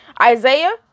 Isaiah